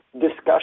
discussion